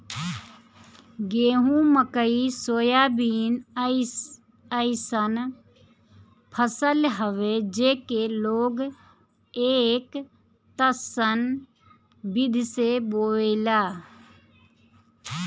गेंहू, मकई, सोयाबीन अइसन फसल हवे जेके लोग एकतस्सन विधि से बोएला